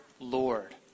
lord